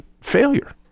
failure